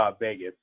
Vegas